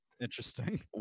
interesting